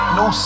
no